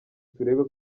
turebe